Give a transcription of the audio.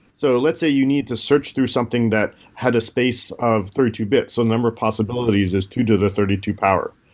so let's say you need to search through something that had a space of thirty two bit. the so number of possibilities is two to the thirty two power,